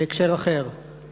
בהקשר אחר.